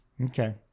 okay